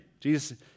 Jesus